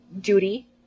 duty